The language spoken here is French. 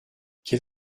quel